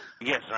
Yes